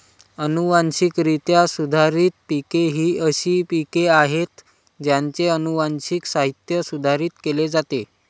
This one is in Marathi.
अनुवांशिकरित्या सुधारित पिके ही अशी पिके आहेत ज्यांचे अनुवांशिक साहित्य सुधारित केले जाते